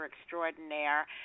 extraordinaire